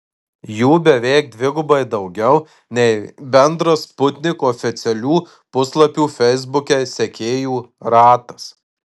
jų beveik dvigubai daugiau nei bendras sputnik oficialių puslapių feisbuke sekėjų ratas